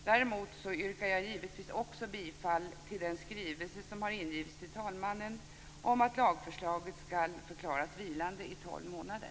Däremot yrkar jag givetvis bifall till den skrivelse som har ingivits till talmannen om att lagförslaget skall förklaras vilande i tolv månader.